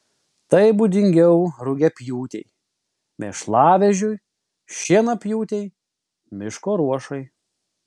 tai būdingiau rugiapjūtei mėšlavežiui šienapjūtei miško ruošai